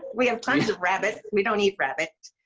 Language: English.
we have tons of rabbit. we don't eat rabbit.